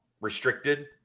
restricted